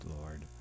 Lord